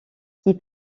qui